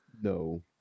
no